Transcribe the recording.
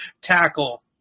tackle